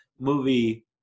movie